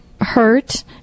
hurt